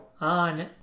on